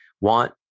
want